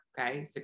Okay